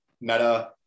Meta